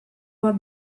bat